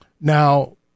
Now